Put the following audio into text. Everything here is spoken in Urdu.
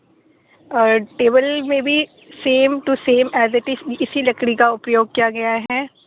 اور ٹیبل میں بھی same to same as it is اسی لکڑی کا اپیوگ کیا گیا ہے